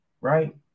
right